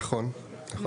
נכון.